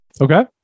Okay